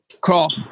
crawl